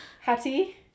Hattie